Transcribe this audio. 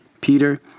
Peter